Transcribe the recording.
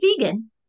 vegan